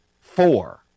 four